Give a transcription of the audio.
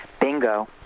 Bingo